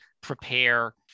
prepare